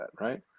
right